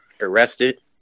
arrested